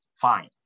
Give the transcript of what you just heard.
Fine